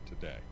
today